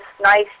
nice